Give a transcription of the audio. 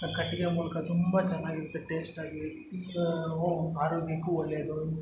ಕಟ್ಟಿಗೆ ಮೂಲಕ ತುಂಬ ಚೆನ್ನಾಗಿರುತ್ತೆ ಟೇಶ್ಟ್ ಆಗಿ ಈಗ ಹ್ಞೂ ಆರೋಗ್ಯಕ್ಕೂ ಒಳ್ಳೇದು